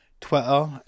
Twitter